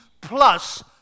plus